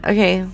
Okay